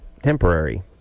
temporary